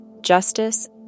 justice